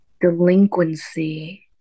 delinquency